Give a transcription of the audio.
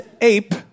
ape